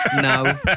no